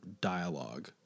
dialogue